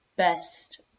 best